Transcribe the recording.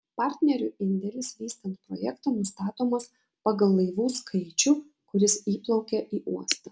partnerių indėlis vystant projektą nustatomas pagal laivų skaičių kuris įplaukia į uostą